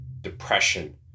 depression